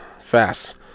Fast